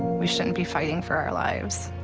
we shouldn't be fighting for our lives.